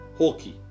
hockey